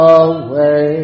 away